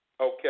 Okay